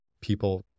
people